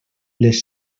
les